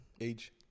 age